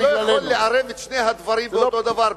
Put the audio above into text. אז אתה לא יכול לערב את שני הדברים כאותו הדבר,